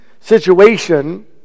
situation